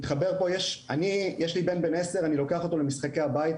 יש לי בן בן 10, אני לוקח אותו למשחקי הבית.